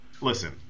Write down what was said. Listen